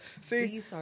See